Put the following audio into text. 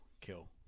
Kill